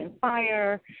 Fire